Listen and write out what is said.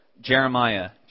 Jeremiah